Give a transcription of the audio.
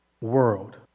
world